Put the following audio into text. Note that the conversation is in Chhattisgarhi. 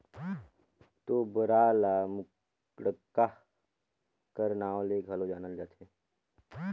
तोबरा ल मुड़क्का कर नाव ले घलो जानल जाथे